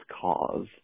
cause